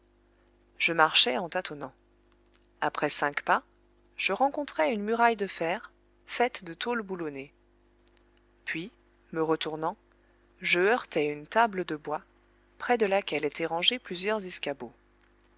je marchai en tâtonnant après cinq pas je rencontrai une muraille de fer faite de tôles boulonnées puis me retournant je heurtai une table de bois près de laquelle étaient rangés plusieurs escabeaux